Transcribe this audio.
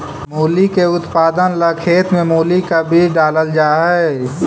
मूली के उत्पादन ला खेत में मूली का बीज डालल जा हई